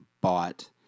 bought